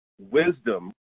wisdom